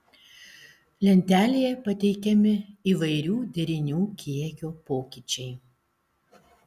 lentelėje pateikiami įvairių derinių kiekio pokyčiai